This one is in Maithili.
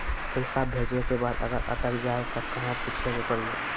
पैसा भेजै के बाद अगर अटक जाए ता कहां पूछे के पड़ी?